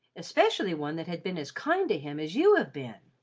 especially one that had been as kind to him as you have been.